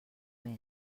més